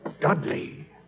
Dudley